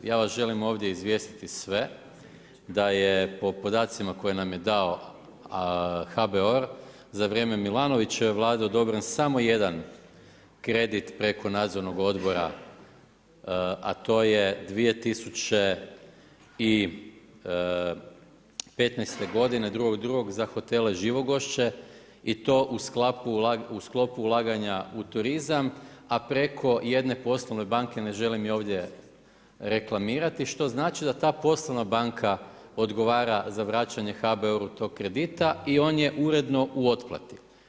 Ja vas želim ovdje izvijestiti sve da je po podacima koje nam je dao HBOR, za vrijeme Milanovićeve Vlade odobren samo jedan kredit preko nadzornog odbora a to je 2015. godine, 2.2. za hotele Živogošće i to u sklopu ulaganja u turizam a preko jedne poslovne banke, ne želim je ovdje reklamirati, što znači da ta poslovna banka odgovara za vraćanje HBOR-u tog kredita i on je uredno u otplati.